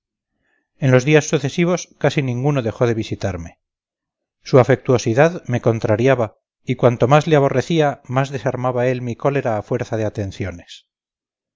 los días sucesivos casi ninguno dejó de visitarme su afectuosidad me contrariaba y cuanto más le aborrecía más desarmaba él mi cólera a fuerza de atenciones